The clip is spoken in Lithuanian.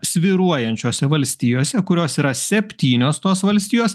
svyruojančiose valstijose kurios yra septynios tos valstijos